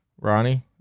Ronnie